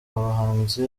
bahanzi